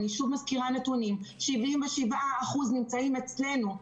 אני שוב מזכירה נתונים, 77% נמצאים אצלנו.